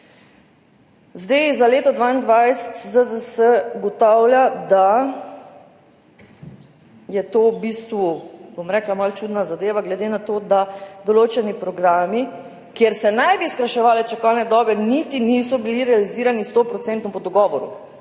Za leto 2022 ZZZS ugotavlja, da je to v bistvu, bom rekla, malo čudna zadeva, glede na to, da določeni programi, kjer naj bi se skrajševale čakalne dobe, niti niso bili realizirani 100-procentno po dogovoru.